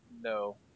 no